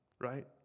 right